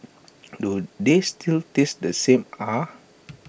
do they still taste the same ah